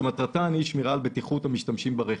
שמטרתן היא שמירה על בטיחות המשתמשים ברכב.